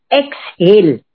exhale